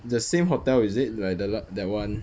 the same hotel is it like the la~ that one